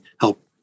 help